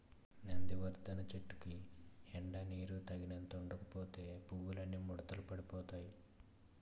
నందివర్థనం చెట్టుకి ఎండా నీరూ తగినంత ఉండకపోతే పువ్వులన్నీ ముడతలు పడిపోతాయ్